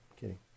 Kidding